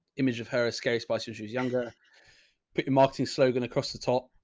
image of her, a scary spice when she was younger. put in marketing slogan across the top.